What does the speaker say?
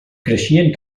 creixien